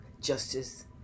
justice